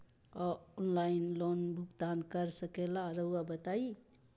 Online loan भुगतान कर सकेला राउआ बताई?